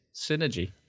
Synergy